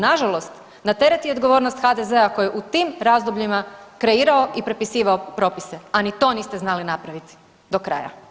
Nažalost, na teret i odgovornost HDZ-a koji je u tim razdobljima kreirao i propisivao propise a ni to niste znali napraviti do kraja.